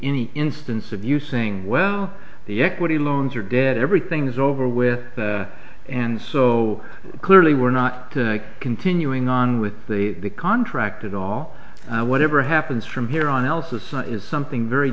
any instance of you saying well the equity loans are dead everything's over with and so clearly we're not continuing on with the the contract at all whatever happens from here on else is something very